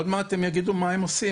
עוד מעט הם יגידו מה הם עושים.